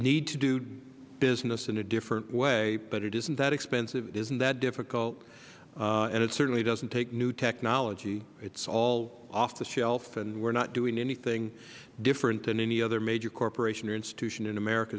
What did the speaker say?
need to do business in a different way but it is not that expensive it is not that difficult and it certainly does not take new technology it is all off the shelf and we are not doing anything different than any other major corporation or institution in america